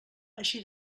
així